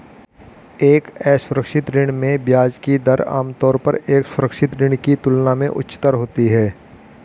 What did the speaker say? एक असुरक्षित ऋण में ब्याज की दर आमतौर पर एक सुरक्षित ऋण की तुलना में उच्चतर होती है?